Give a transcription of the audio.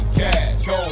cash